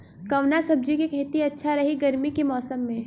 कवना सब्जी के खेती अच्छा रही गर्मी के मौसम में?